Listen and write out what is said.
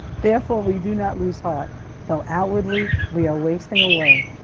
therefore we do not lose heart though outwardly, we are wasting away,